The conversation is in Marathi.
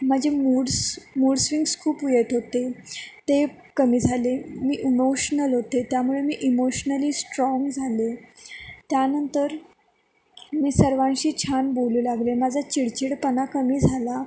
माझे मूड्स मुडस्विंग्स खूप येत होते ते कमी झाले मी इमोशनल होते त्यामुळे मी इमोशनली स्ट्राँग झाले त्यानंतर मी सर्वांशी छान बोलू लागले माझा चिडचिडेपणा कमी झाला